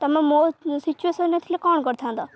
ତମେ ମୋ ସିଚୁଏସନ୍ରେ ଥିଲେ କ'ଣ କରିଥାନ୍ତ